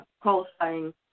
qualifying